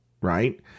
right